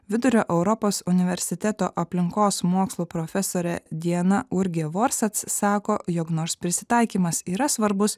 vidurio europos universiteto aplinkos mokslų profesorė diana urgė vorsets sako jog nors prisitaikymas yra svarbus